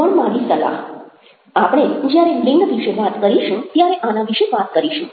વણમાગી સલાહ આપણે જ્યારે લિંગ વિશે વાત કરીશું ત્યારે આના વિશે વાત કરીશું